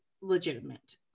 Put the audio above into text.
legitimate